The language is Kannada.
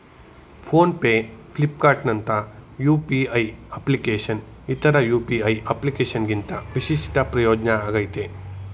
ಫೋನ್ ಪೇ ಫ್ಲಿಪ್ಕಾರ್ಟ್ನಂತ ಯು.ಪಿ.ಐ ಅಪ್ಲಿಕೇಶನ್ನ್ ಇತರ ಯು.ಪಿ.ಐ ಅಪ್ಲಿಕೇಶನ್ಗಿಂತ ವಿಶಿಷ್ಟ ಪ್ರಯೋಜ್ನ ಆಗಿದೆ